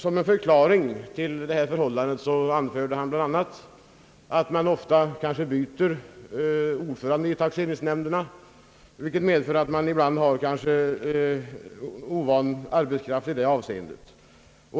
Som en förklaring till detta förhållande anförde han bl.a. att det ofta byts ordförande i taxeringsnämnderna, vilket medför att man ibland kanske har ovan arbetskraft i det avseendet.